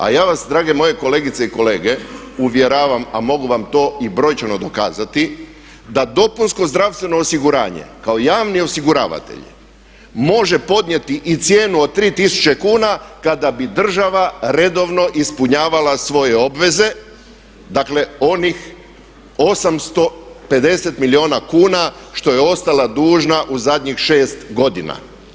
A ja vas, drage moje kolegice i kolege, uvjeravam a mogu vam to i brojčano dokazati da dopunsko zdravstveno osiguranje kao javni osiguravatelj može podnijeti i cijenu od 3000 kuna kada bi država redovno ispunjavala svoje obveze, dakle onih 850 milijuna kuna što je ostala dužna u zadnjih 6 godina.